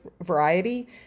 variety